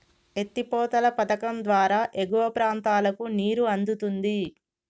ఎత్తి పోతల పధకం ద్వారా ఎగువ ప్రాంతాలకు నీరు అందుతుంది